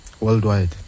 worldwide